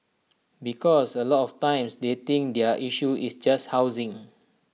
because A lot of times they think their issue is just housing